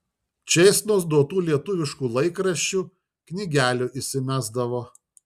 čėsnos duotų lietuviškų laikraščių knygelių įsimesdavo